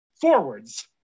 forwards